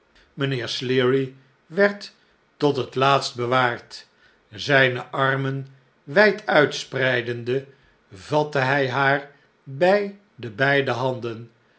mijnheer sleary werd tot het laatst bewaard zijne armen wijd uitspreidende vatte hij haar bij de beide handen